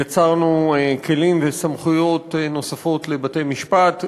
יצרנו כלים וסמכויות נוספות לבתי-משפט,